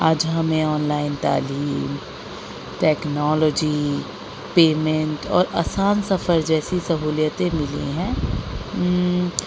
آج ہمیں online تعلیم ٹیکنالوجی پیمنٹ اور آسان سفر جیسی سہولتیں ملی ہیں